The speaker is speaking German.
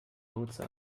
lotse